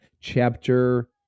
chapter